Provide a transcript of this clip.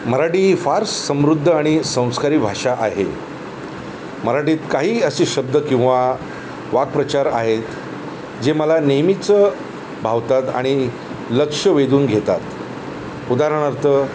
मराठी फार समृद्ध आणि संस्कारी भाषा आहे मराठीत काही असे शब्द किंवा वाकप्रचार आहेत जे मला नेहमीचं भावतात आणि लक्ष वेधून घेतात उदाहरणार्थ